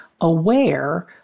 aware